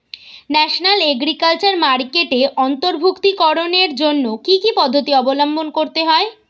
National agriculture মার্কেটে অন্তর্ভুক্তিকরণের জন্য কি কি পদ্ধতি অবলম্বন করতে হয়?